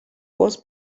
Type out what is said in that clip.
was